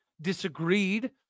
disagreed